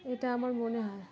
এটা আমার মনে হয়